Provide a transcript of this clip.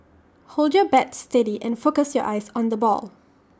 hold your bat steady and focus your eyes on the ball